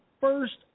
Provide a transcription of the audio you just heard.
first